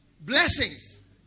Blessings